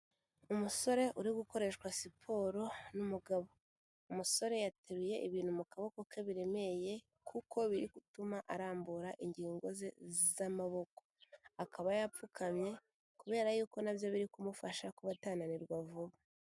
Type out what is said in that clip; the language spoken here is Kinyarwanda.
Umusore uri gukoreshwa siporo n'umugabo. Umusore yateruye ibintu mu kaboko ke biremereye, kuko biri gutuma arambura ingingo ze z'amaboko, akaba yapfukamye kubera yuko nabyo biri kumufasha kuba atananirwa vuba.